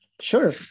Sure